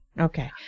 okay